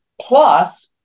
Plus